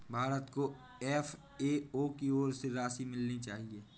भारत को एफ.ए.ओ की ओर से और राशि मिलनी चाहिए